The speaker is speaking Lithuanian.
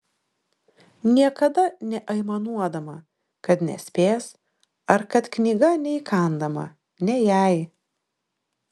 niekada neaimanuodama kad nespės ar kad knyga neįkandama ne jai